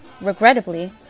Regrettably